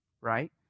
Right